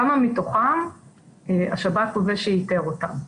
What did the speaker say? כמה מתוכם השב"כ הוא זה שאיתר אותם.